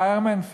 פיירמן?